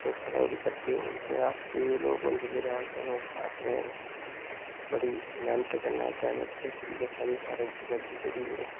धोखाधड़ी करदे ओह् अस केईं लोक होंदे जेह्ड़े अस हमेशा अपने बड़ी मेह्नत कन्नै अग्गें बधदे ते इ'यै साढ़ी सारें च बड्डी जेह्ड़ी